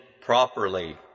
properly